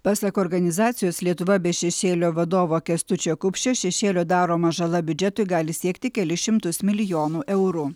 pasak organizacijos lietuva be šešėlio vadovo kęstučio kupšio šešėlio daroma žala biudžetui gali siekti kelis šimtus milijonų eurų